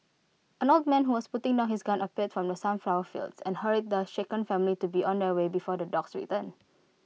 an old man who was putting down his gun appeared from the sunflower fields and hurried the shaken family to be on their way before the dogs return